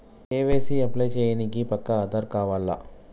KYC apply చేయనీకి పక్కా ఆధార్ కావాల్నా?